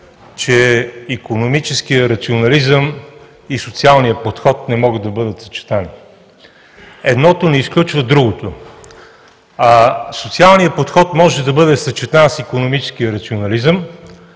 че икономическият рационализъм и социалният подход не могат да бъдат съчетани. Едното не изключва другото, а социалният подход може да бъде съчетан с икономическия рационализъм,